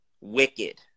wicked